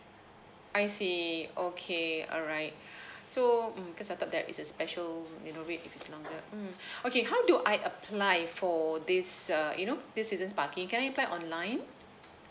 I see okay alright so mm because I thought that it's a special you know rate if it's longer mm okay how do I apply for this uh you know this seasons parking can I apply online